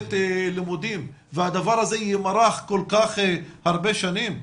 במסגרת לימודים והדבר הזה ימרח כל כך הרבה שנים?